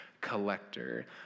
collector